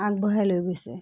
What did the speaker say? আগবঢ়াই লৈ গৈছে